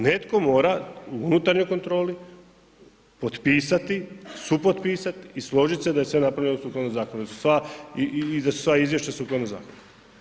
Netko mora u unutarnjoj kontroli potpisati, supotpisati i složiti se da je sve napravljeno sukladno zakonu i da su sva izvješća sukladna zakonu.